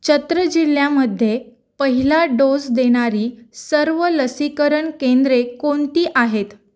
चत्र जिल्ह्यामध्ये पहिला डोस देणारी सर्व लसीकरण केंद्रे कोणती आहेत